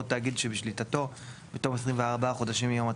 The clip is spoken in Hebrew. תאגיד שבשליטתו - בתום 24 חודשים מיום התחילה,